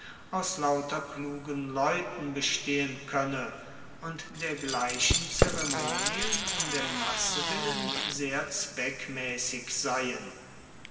aus lauter klugen leuten bestehen koenne und dergleichen zeremonien um der menge willen sehr zweckmaessig seien